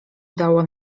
udało